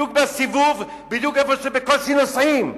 בדיוק בסיבוב, בדיוק במקום שבקושי נוסעים.